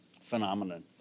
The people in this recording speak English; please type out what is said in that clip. phenomenon